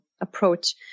approach